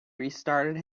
restarted